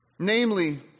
Namely